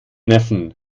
neffen